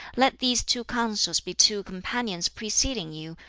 let these two counsels be two companions preceding you,